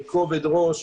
בכובד ראש,